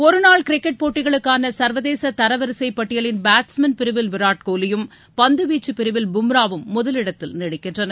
ஒரு நாள் கிரிக்கெட் போட்டிகளுக்கான சர்வதேச தரவரிசை பட்டியலின் பேட்ஸ்மேன் பிரிவில் விராட் கோலியும் பந்துவீச்சு பிரிவில் பும்ராவும் முதலிடத்தில் நீடிக்கின்றனர்